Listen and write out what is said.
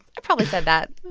i probably said that